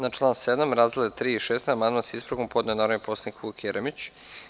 Na član 7. razdele 3. i 16 amandman sa ispravkom podneo je narodni poslanik Vuk Jeremić.